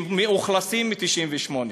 שמאוכלסים מ-1998.